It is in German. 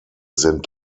sind